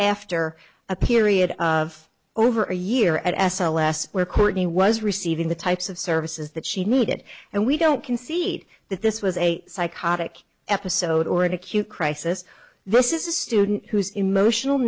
after a period of over a year at s l s where courtney was receiving the types of services that she needed and we don't concede that this was a psychotic episode or an acute crisis this is a student who's emotional